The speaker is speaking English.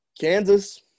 Kansas